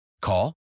Call